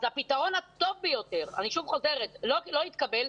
אז הפתרון הטוב ביותר לא התקבל,